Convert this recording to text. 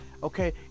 okay